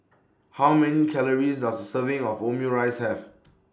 How Many Calories Does A Serving of Omurice Have